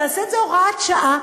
נעשה את זה הוראת שעה,